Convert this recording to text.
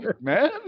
man